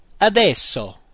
Adesso